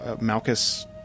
Malchus